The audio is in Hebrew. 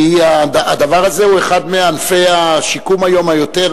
כי הדבר הזה הוא היום אחד מענפי השיקום היותר,